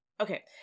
okay